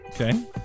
Okay